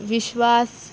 विश्वास